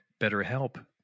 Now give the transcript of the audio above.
BetterHelp